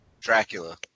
Dracula